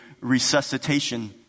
resuscitation